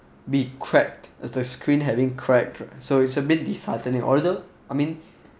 be cracked as the screen having crack so it's a bit disheartening order I mean